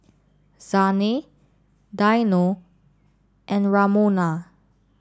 Zhane Dino and Ramona